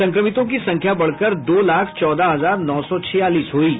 संक्रमितों की संख्या बढ़कर दो लाख चौदह हजार नौ सौ छियालीस हो गयी है